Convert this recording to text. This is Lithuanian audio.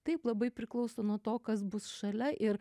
taip labai priklauso nuo to kas bus šalia ir